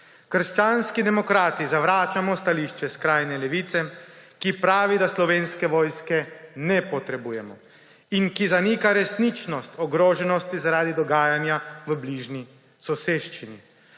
Krščanski demokrati zavračamo stališče skrajne Levice, ki pravi, da Slovenske vojske ne potrebujemo, in ki zanika resničnost ogroženosti zaradi dogajanja v bližnji soseščini.